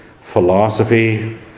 philosophy